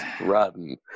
rotten